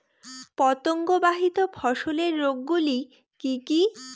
পতঙ্গবাহিত ফসলের রোগ গুলি কি কি?